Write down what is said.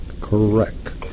Correct